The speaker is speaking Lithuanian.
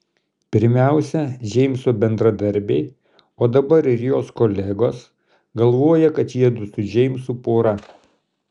pirmiausia džeimso bendradarbiai o dabar ir jos kolegos galvoja kad jiedu su džeimsu pora